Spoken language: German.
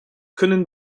können